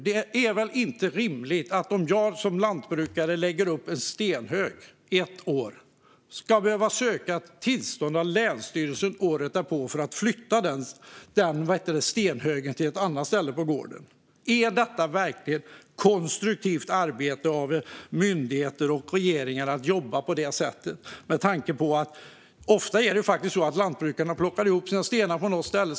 Det är väl inte rimligt att jag om jag som lantbrukare ett år lägger upp en stenhög ska behöva söka tillstånd av länsstyrelsen året därpå för att flytta stenhögen till ett annat ställe på gården. Är det verkligen konstruktivt av myndigheter och regeringen att jobba så här? Ofta plockar ju lantbrukarna ihop sina stenar på ett ställe.